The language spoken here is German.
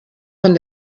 von